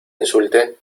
insulte